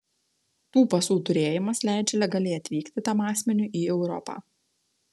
tų pasų turėjimas leidžia legaliai atvykti tam asmeniui į europą